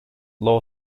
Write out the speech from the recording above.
law